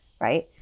right